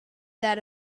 that